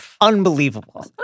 unbelievable